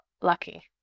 lucky